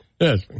Yes